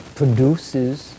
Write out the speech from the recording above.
produces